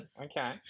okay